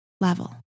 level